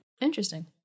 Interesting